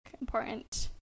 important